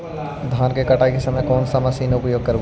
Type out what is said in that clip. धान की कटाई के समय कोन सा मशीन उपयोग करबू?